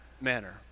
manner